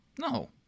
No